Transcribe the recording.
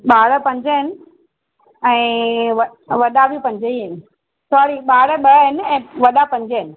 ॿार पंज आहिनि ऐं वॾा बि पंज ई आहिन सॉरी ॿार ॿ आहिनि ऐं वॾा पंज आहिनि